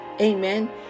Amen